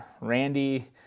Randy